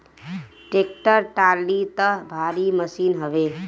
tractor trolley तअ भारी machine हवे